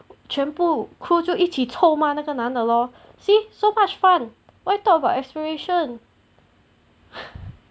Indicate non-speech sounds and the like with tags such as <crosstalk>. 全部 crew 就一起臭骂那个男的 lor see so much fun why talk about aspiration <noise>